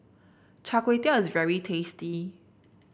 Char Kway Teow is very tasty